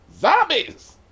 zombies